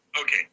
Okay